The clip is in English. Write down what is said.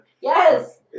Yes